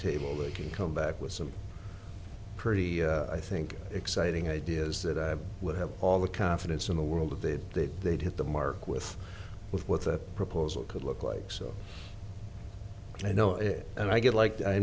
table they can come back with some pretty i think exciting ideas that i would have all the confidence in the world of that they'd hit the mark with with what that proposal could look like so i know it and i get like i